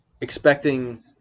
expecting